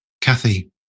Kathy